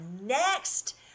next